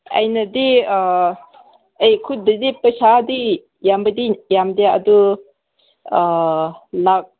ꯑꯩꯅꯗꯤ ꯑꯩ ꯈꯨꯠꯇꯗꯤ ꯄꯩꯁꯥꯗꯤ ꯌꯥꯝꯕꯗꯤ ꯌꯥꯝꯗꯦ ꯑꯗꯨ ꯂꯥꯛ